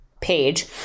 page